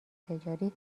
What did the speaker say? تجاری